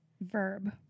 verb